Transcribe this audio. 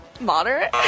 moderate